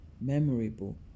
memorable